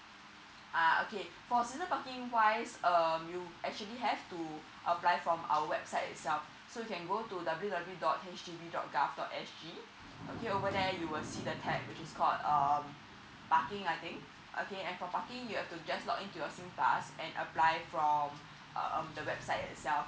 uh okay for season parking wise um you actually have to apply from our website itself so you can go to W W W dot H D B dot gov dot S G here over there you will see the tag which is called um parking I think okay and for parking you have to just login to your singpass and apply from uh the website itself